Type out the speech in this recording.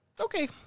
okay